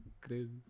Crazy